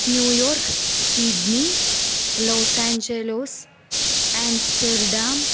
New York Sydney Los Angeles Amsterdam